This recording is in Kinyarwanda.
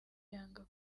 yanga